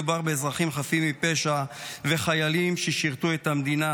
מדובר באזרחים חפים מפשע וחיילים ששירתו את המדינה,